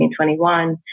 2021